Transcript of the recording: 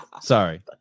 Sorry